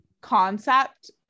concept